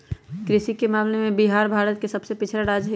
कृषि के मामले में बिहार भारत के सबसे पिछड़ा राज्य हई